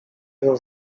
nią